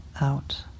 out